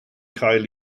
cael